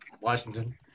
Washington